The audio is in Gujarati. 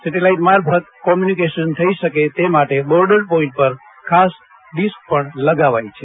સેટેલાઇટ મારફત કૉમ્યુનિકેશન થઇ શકે તે માટે બોર્ડર પોઇન્ટ પર ખાસ ડિસ્ક પણ લગાવાઇ છે